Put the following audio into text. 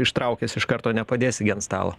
ištraukęs iš karto nepadėsi gi ant stalo